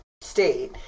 state